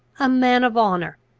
a man of honour!